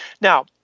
Now